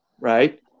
right